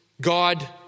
God